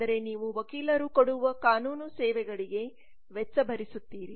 ಆದರೆ ನೀವು ವಕೀಲರು ಕೊಡುವ ಕಾನೂನು ಸೇವೆಗಳಿಗೆ ವೆಚ್ಚ ಭರಿಸುತ್ತೀರಿ